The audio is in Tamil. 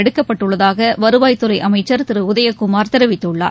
எடுக்கப்பட்டுள்ளதாகவருவாய்த்துறைஅமைச்சர் திருஉதயகுமார் தெரிவித்துள்ளார்